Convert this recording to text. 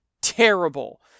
terrible